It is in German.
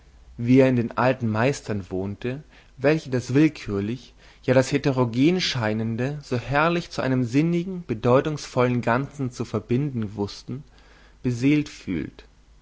wie er in den alten meistern wohnte welche das willkürlich ja das heterogen scheinende so herrlich zu einem sinnigen bedeutungsvollen ganzen zu verbinden wußten beseelt fühlt